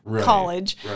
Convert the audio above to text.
college